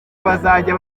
bazajya